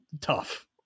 tough